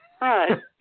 Right